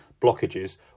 blockages